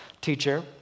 teacher